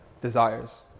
desires